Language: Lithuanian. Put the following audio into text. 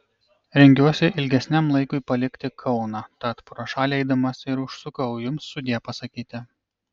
rengiuosi ilgesniam laikui palikti kauną tat pro šalį eidamas ir užsukau jums sudie pasakyti